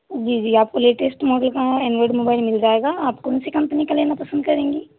जी जी आपको latest model का एंड्रॉइड मोबाइल मिल जाएगा आप कौन सी कम्पनी का लेना पसंद करेंगी